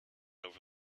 over